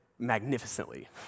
magnificently